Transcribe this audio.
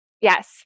Yes